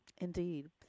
Indeed